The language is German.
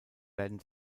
werden